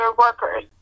workers